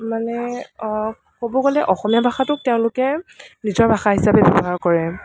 মানে ক'ব গ'লে অসমীয়া ভাষাটোক তেওঁলোকে নিজৰ ভাষা হিচাপে ব্য়ৱহাৰ কৰে